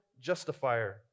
Justifier